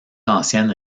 ancienne